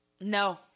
No